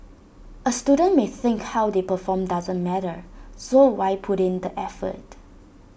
A student may think how they perform doesn't matter so why put in the effort